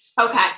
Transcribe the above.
Okay